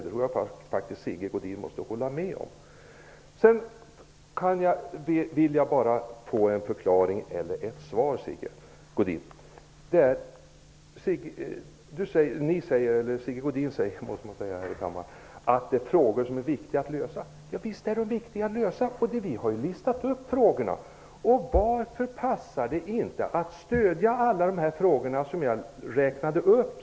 Det tror jag faktiskt att Sigge Godin måste hålla med om. Sedan vill jag ha en förklaring eller ett svar av Sigge Godin. Sigge Godin säger att detta är frågor som är viktiga att lösa. Visst är de viktiga att lösa. Vi har ju listat förslagen. Varför passade det inte att stödja alla de förslag som jag räknade upp?